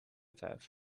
tijd